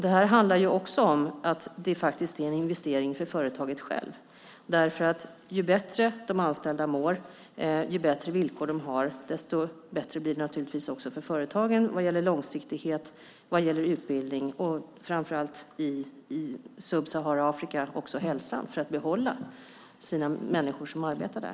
Det här handlar också om att det faktiskt är en investering för företaget självt, därför att ju bättre de anställda mår och ju bättre villkor de har, desto bättre blir det naturligtvis för företagen vad gäller långsiktighet, utbildning och framför allt, vad gäller Subsahara-Afrika, också hälsan för att behålla de människor som arbetar där.